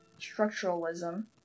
structuralism